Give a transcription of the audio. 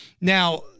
Now